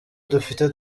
dufite